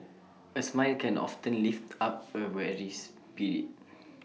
A smile can often lift up A weary spirit